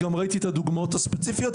גם ראיתי את הדוגמאות הספציפיות.